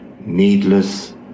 needless